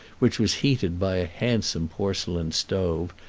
which was heated by a handsome porcelain stove,